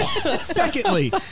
Secondly